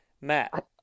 Matt